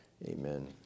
Amen